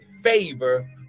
favor